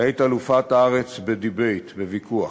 שהיית אלופת הארץ בדיבייט, בוויכוח.